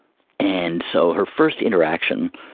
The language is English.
and so her first interaction